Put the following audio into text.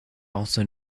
also